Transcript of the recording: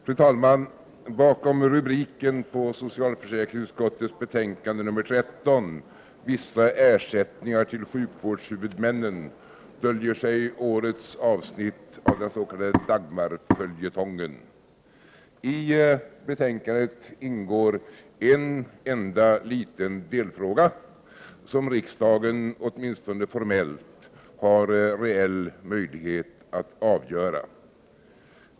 Fru talman! Bakom rubriken på socialförsäkringsutskottets betänkande nr 13 — Vissa ersättningar till sjukvårdshuvudmännen — döljer sig årets avsnitt av den s.k. Dagmarföljetongen. I betänkandet ingår en enda liten delfråga som riksdagen åtminstone formellt har reell möjlighet att avgöra.